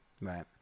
right